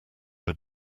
had